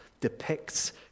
depicts